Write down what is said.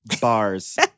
Bars